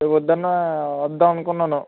నువ్వు వద్దన్నా వద్దాము అనుకున్నాను